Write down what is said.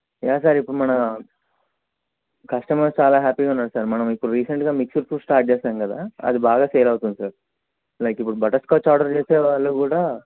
yeah sir ఇప్పుడు మన customer చాలా హ్యాపీగా ఉన్నాడు సార్ మనం ఇప్పుడు రీసెంట్గా మిక్స్డ్ ఫ్రూట్ స్టార్ట్ చేశాం కదా అది బాగా సేల్ అవుతుంది సార్ లైక్ ఇప్పుడు బట్టర్స్కాచ్ ఆర్డర్ చేసే వాళ్ళు కూడా